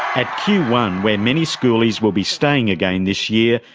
at q one, where many schoolies will be staying again this year,